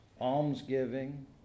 almsgiving